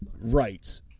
Right